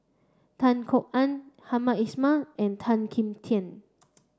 Tan Kok Ann Hamed Ismail and Tan Kim Tian